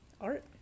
Art